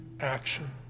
action